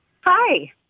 Hi